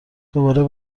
دوباره